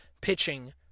pitching